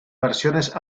versiones